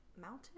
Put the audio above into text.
mountain